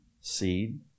seed